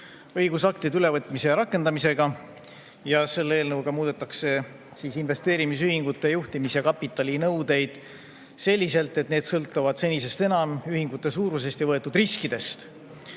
õigusaktide ülevõtmise ja rakendamisega ning selle eelnõuga muudetakse investeerimisühingute juhtimis‑ ja kapitalinõudeid selliselt, et need sõltuvad senisest enam ühingute suurusest ja võetud riskidest.